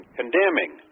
condemning